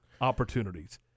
opportunities